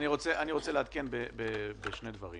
רוצה לעדכן בשני דברים: